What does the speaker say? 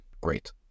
Great